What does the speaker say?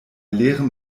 leerem